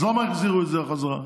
אז למה החזירו את זה חזרה?